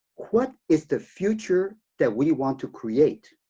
what is the future that we want to create